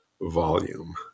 volume